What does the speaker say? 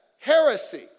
heresy